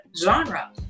genre